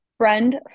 Friend